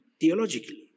theologically